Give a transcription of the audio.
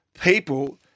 people